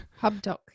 HubDoc